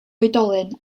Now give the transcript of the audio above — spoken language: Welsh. oedolyn